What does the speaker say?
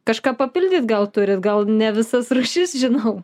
kažką papildyt gal turit gal ne visas rūšis žinau